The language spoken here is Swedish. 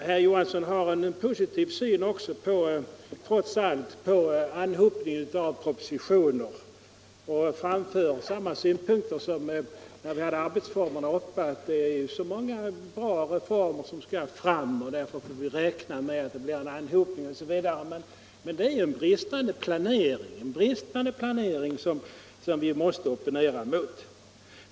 Herr Johansson har trots allt en positiv syn på anhopningen av propositioner och framför samma synpunkter som när vi behandlade riksdagens arbetsformer, nämligen att det är så många fina reformer som skall fram och att vi därför får räkna med att det blir en anhopning osv. Men det är en bristande planering det här gäller, och den måste vi opponera oss mot.